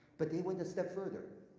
but they went a step further,